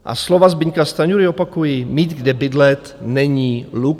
A slova Zbyňka Stanjury opakuji: Mít kde bydlet není luxus.